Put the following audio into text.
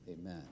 Amen